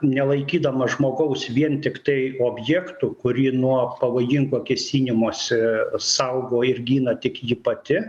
nelaikydama žmogaus vien tiktai objektu kurį nuo pavojingo kėsinimosi saugo ir gina tik jį pati